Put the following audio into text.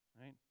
right